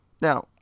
Now